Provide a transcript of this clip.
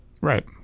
Right